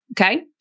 okay